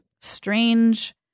strange